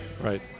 Right